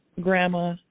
grandma